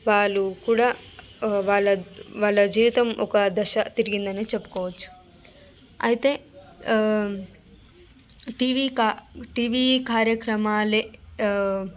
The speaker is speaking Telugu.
వాళ్ళు కూడా వాళ్ళ వాళ్ళ జీవితం ఒక దశ తిరిగిందనే చెప్పుకోవచ్చు అయితే టీవీ కా టీవీ కార్యక్రమాలే